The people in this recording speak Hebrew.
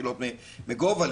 נפילות מגובה,